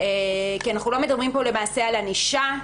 כי אנחנו לא מדברים פה למעשה על ענישה.